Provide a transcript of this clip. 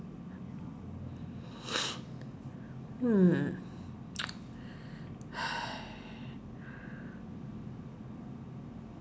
hmm